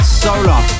solar